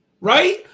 right